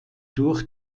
durch